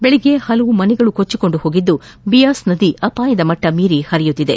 ಬೆಳಗ್ಗೆ ಪಲವು ಮನೆಗಳು ಕೊಚ್ಚಿಹೋಗಿದ್ದು ಬಿಯಾಸ್ ನದಿ ಅಪಾಯ ಮಟ್ಟ ಮೀರಿ ಹರಿಯುತ್ತಿದೆ